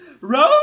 Rose